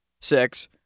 six